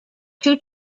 two